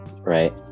right